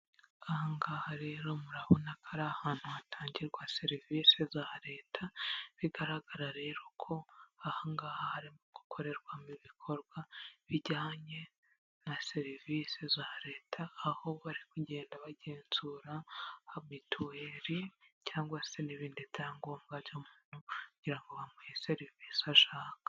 Aha ngaha rero murabona ko ari ahantu hatangirwa serivisi za leta, bigaragara rero ko aha ngaha harimo gukorerwamo ibikorwa bijyanye na serivisi za leta, aho bari kugenda bagenzura ,mituweri cyangwa se n'ibindi byangombwa by'umuntu kugira ngo bamuhe serivisi bashaka.